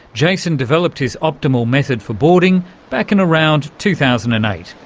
jason developed his optimal method for boarding back in around two thousand and eight,